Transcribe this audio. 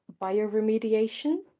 bioremediation